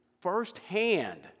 firsthand